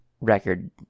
record